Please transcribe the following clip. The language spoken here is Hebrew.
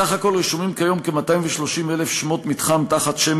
בסך הכול רשומים כיום כ-230,000 שמות מתחם תחת שם